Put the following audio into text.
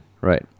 Right